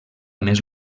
més